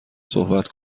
صحبت